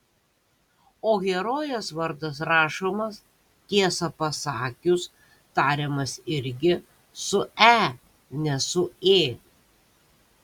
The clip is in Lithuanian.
o herojės vardas rašomas tiesą pasakius tariamas irgi su e ne su ė